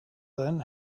then